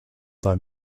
pas